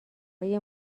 های